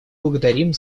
благодарим